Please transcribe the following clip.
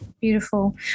Beautiful